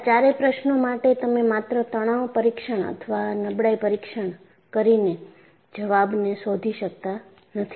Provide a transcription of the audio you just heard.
આ ચારેય પ્રશ્નો માટે તમે માત્ર તણાવ પરીક્ષણ અથવા નબળાઈ પરીક્ષણ કરીને જવાબ શોધી શકતા નથી